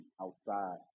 outside